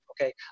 okay